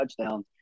touchdowns